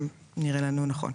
גם נראה לנו נכון.